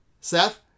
Seth